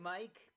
Mike